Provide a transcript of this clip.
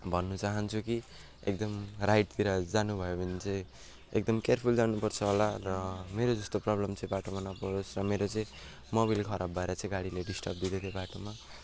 भन्नु चाहन्छु कि एकदम राइटतिर जानु भयो भने चाहिँ एकदम केयरफुल जानु पर्छ होला र मेरो जस्तो प्रब्लम चाहिँ बाटोमा नपरोस् र मेरो चाहिँ मोबिल खराब भएर चाहिँ गाडीले डिस्टर्भ दिँदै थियो बाटोमा